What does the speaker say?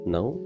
Now